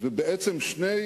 בעצם, שני